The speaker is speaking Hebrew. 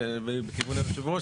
בכיוון יושב הראש,